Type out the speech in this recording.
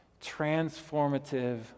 transformative